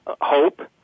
hope